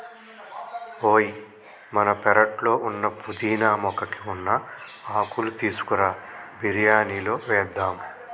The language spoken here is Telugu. ఓయ్ మన పెరట్లో ఉన్న పుదీనా మొక్కకి ఉన్న ఆకులు తీసుకురా బిరియానిలో వేద్దాం